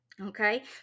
Okay